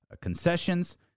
concessions